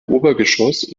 obergeschoss